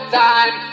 time